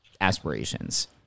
aspirations